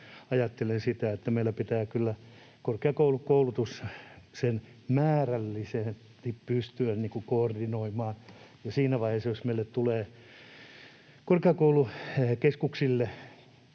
ajattelen, että meillä pitää kyllä korkeakoulukoulutusta määrällisesti pystyä niin kuin koordinoimaan, ja siinä vaiheessa, jos meille tulee korkeakoulukeskuksille